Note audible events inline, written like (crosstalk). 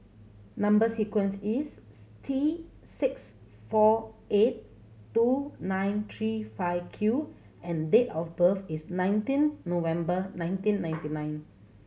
number sequence is (unintelligible) T six four eight two nine three five Q and date of birth is nineteen November nineteen ninety nine